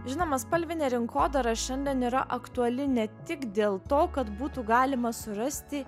žinoma spalvinė rinkodara šiandien yra aktuali ne tik dėl to kad būtų galima surasti